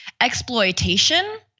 Exploitation